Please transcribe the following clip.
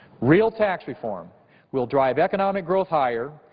real tax reform will drive economic growth higher,